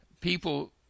people